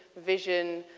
vision,